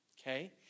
okay